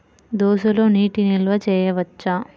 దోసలో నీటి నిల్వ చేయవచ్చా?